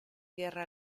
guerra